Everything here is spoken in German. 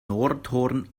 nordhorn